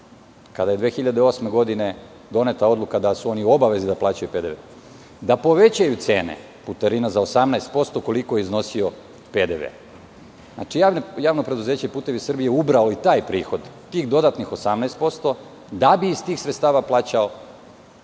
kada je 2008. godine doneta odluka da su oni u obavezi da plaćaju PDV, da povećaju cene putarina za 18%, koliko je iznosio PDV. JP Putevi Srbije je ubralo i taj prihod, tih dodatnih 18%, da bi iz tih sredstava plaćao